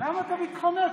למה אתה מתחמק,